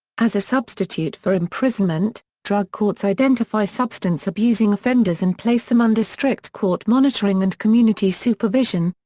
as a substitute for imprisonment, drug courts identify substance-abusing offenders and place them under strict court monitoring and community supervision,